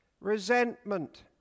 resentment